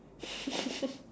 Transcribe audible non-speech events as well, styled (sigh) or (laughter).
(laughs)